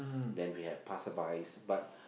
then we have passer-bys but